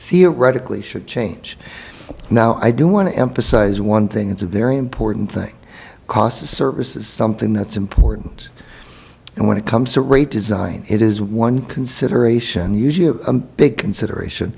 theoretically should change now i do want to emphasize one thing it's a very important thing cos the service is something that's important and when it comes to rate design it is one consideration and usually a big consideration